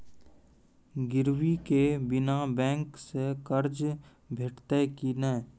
गिरवी के बिना बैंक सऽ कर्ज भेटतै की नै?